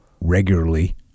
regularly